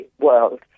world